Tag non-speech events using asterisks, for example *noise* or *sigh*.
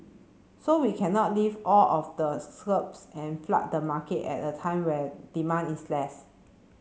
so we cannot lift all of the *unintelligible* and flood the market at a time when demand is less